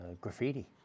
graffiti